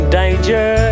danger